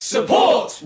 Support